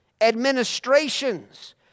administrations